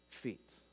feet